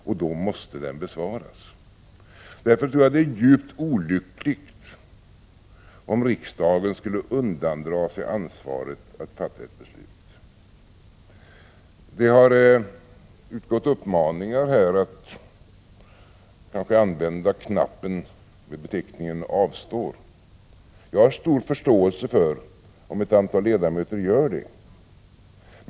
Och då måste den besvaras. Därför tror jag det är djupt olyckligt om riksdagen skulle undandra sig ansvaret för att fatta beslut. Det har utgått uppmaningar att använda knappen med beteckningen Avstår. Jag har stor förståelse för om ett antal ledamöter gör det.